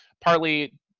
partly